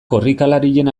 korrikalarien